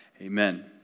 Amen